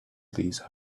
these